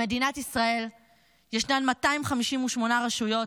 במדינת ישראל ישנן 258 רשויות,